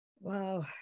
Wow